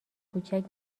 کوچک